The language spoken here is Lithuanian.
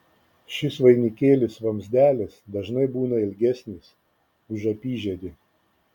šis vainikėlis vamzdelis dažnai būna ilgesnis už apyžiedį